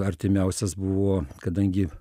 artimiausias buvo kadangi